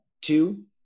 Two